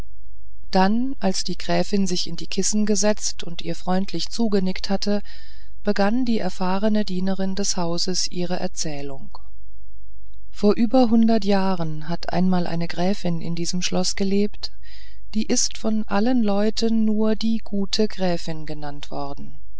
dann als die gräfin sich in die kissen gesetzt und ihr freundlich zugenickt hatte begann die erfahrene dienerin des hauses ihre erzählung vorüber hundert jahren hat einmal eine gräfin in diesem schlosse gelebt die ist von allen leuten nur die gute gräfin genannt worden